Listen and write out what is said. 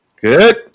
Good